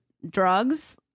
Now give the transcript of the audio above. drugs